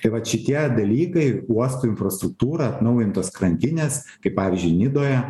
tai vat šitie dalykai uosto infrastruktūra atnaujintos krantinės kaip pavyzdžiui nidoje